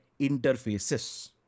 interfaces